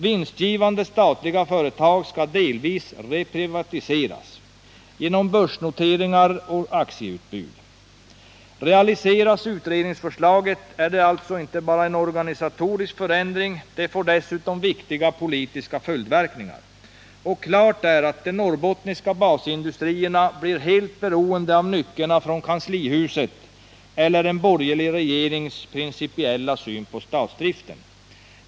Vinstgivande statliga företag skall delvis reprivatiseras genom börsnoteringar och aktieutbud. Realiseras utredningsförslaget är det alltså inte bara en organisatorisk förändring — det får dessutom viktiga politiska följdverkningar. Klart är att de norrbottniska basindustrierna blir helt beroende av nyckerna från kanslihuset eller en borgerlig regerings principiella syn på statsdriften.